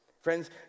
Friends